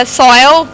soil